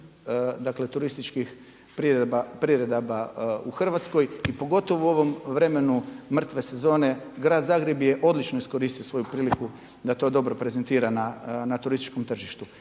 dakle turističkih priredaba u Hrvatskoj. I pogotovo u ovom vremenu mrtve sezone grad Zagreb je odlično iskoristio svoju priliku da to dobro prezentira na turističkom tržištu.